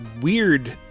weird